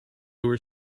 were